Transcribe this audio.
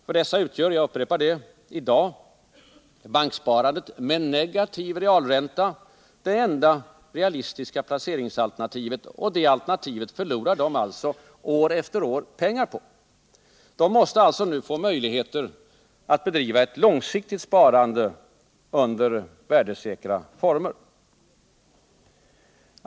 För dessa utgör — jag upprepar det —-i dag banksparandet med negativ realränta det enda realistiska placeringsalternativet, och det alternativet förlorar de alltså år efter år pengar på. De måste nu få möjligheter att bedriva ett långsiktigt sparande under värdesäkra former.